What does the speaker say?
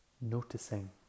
noticing